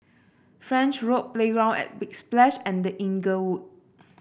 French Road Playground at Big Splash and The Inglewood